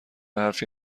حرفی